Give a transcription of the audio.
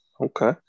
Okay